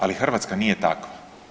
Ali, Hrvatska nije takva.